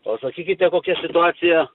o sakykite kokia situacija